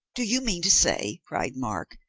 do you mean to say, cried mark,